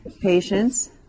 patients